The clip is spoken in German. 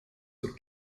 zur